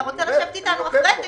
אתה רוצה לשבת אתנו אחרי כן,